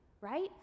right